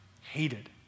hated